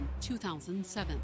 2007